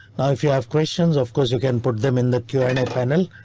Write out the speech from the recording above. now if you have questions, of course you can put them in the q and a panel.